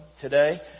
today